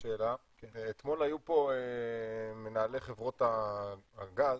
אתמול היו פה מנהלי חברות הגז,